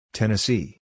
Tennessee